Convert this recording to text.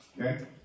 Okay